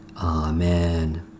Amen